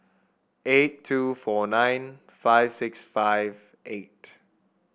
eight two four nine five six five eight